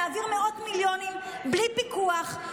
להעביר מאות מיליונים בלי פיקוח,